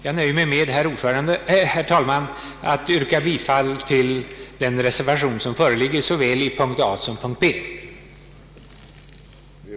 Jag nöjer mig med att yrka bifall till den reservation som föreligger, och dess yrkande i såväl p. A som p. B.